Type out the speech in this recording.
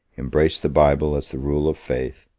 embraced the bible as the rule of faith,